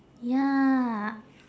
ya